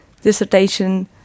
dissertation